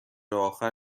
آخر